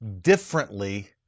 differently